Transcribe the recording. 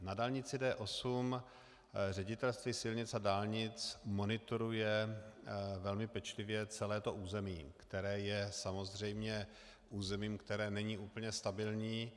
Na dálnici D8 Ředitelství silnic a dálnic monitoruje velmi pečlivě celé území, které je samozřejmě územím, které není úplně stabilní.